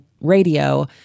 radio